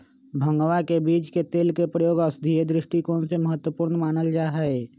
भंगवा के बीज के तेल के प्रयोग औषधीय दृष्टिकोण से महत्वपूर्ण मानल जाहई